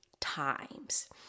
times